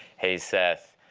hey seth